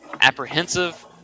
apprehensive